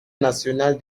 nationale